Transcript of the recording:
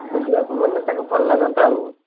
ବୁଲିବାକୁ ଗଲେ ତା'କୁ ଭଲ ଲାଗନ୍ତା ଆଉ